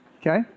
okay